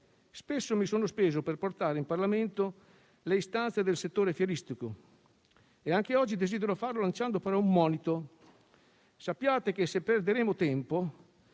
spesso mi sono speso per portare in Parlamento le istanze del settore fieristico, e anche oggi desidero farlo lanciando, però, un monito: sappiate che se perderemo tempo,